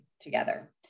together